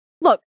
look